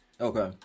okay